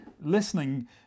listening